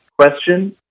question